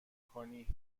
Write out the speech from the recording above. کنی